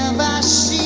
last